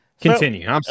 continue